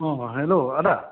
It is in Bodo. अ हेल्ल' आदा